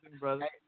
brother